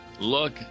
look